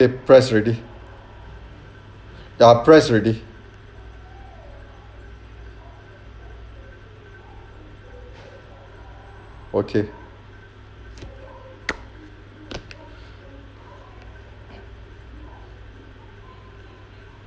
press already ya press already okay